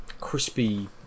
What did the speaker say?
crispy